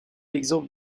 exemple